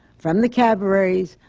from the cabarets,